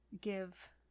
give